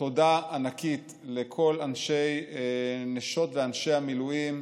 תודה ענקית לכל נשות ואנשי המילואים,